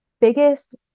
biggest